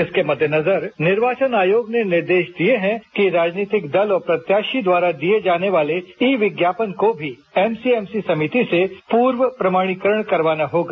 इसके मद्देनजर निर्वाचन आयोग ने निर्देश दिए हैं कि राजनीतिक दल और प्रत्याशी द्वारा दिये जाने वाले ई विज्ञापन को भी एमसीएमसी समिति से पूर्व प्रमाणीकरण करवाना होगा